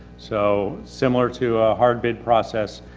so similar to a hard bid process,